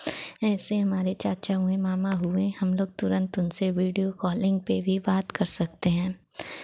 जैसे हमारे चाचा हुए मामा हुए हम लोग तुरंत उनसे वीडियो कॉलिंग पे भी बात कर सकते हैं